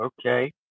Okay